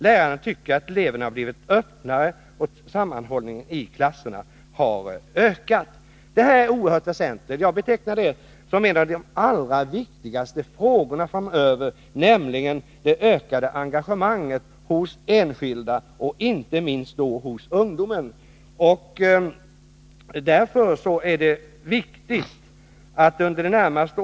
Lärarna tycker att eleverna blivit öppnare och sammanhållningen i klasserna har ökat.” Detta är oerhört väsentligt, och jag betecknar det ökade engagemanget hos enskilda och inte minst hos ungdomen som något av det allra mest positiva att ta vara på framöver.